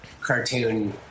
cartoon